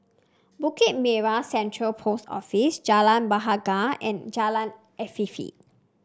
Bukit Merah Central Post Office Jalan Bahagia and Jalan Afifi